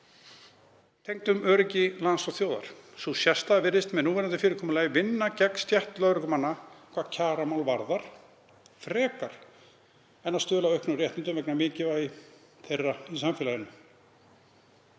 tengdum öryggi lands og þjóðar. Sú sérstaða virðist með núverandi fyrirkomulagi vinna gegn stétt lögreglumanna hvað kjaramál varðar frekar en að stuðla að auknum réttindum vegna mikilvægis þeirra í samfélaginu.